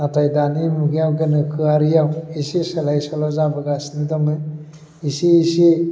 नाथाय दानि मुगायाव गोनोखोआरियाव एसे सोलाय सोल' जाबोगासिनो दङो एसे एसे